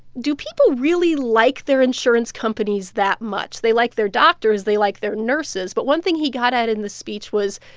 do people really like their insurance companies that much? they like their doctors. they like their nurses. but one thing he got at in this speech was,